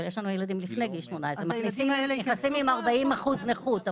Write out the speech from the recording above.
אבל יש לנו ילדים לפני גיל 18. מכניסים עם 40% נכות,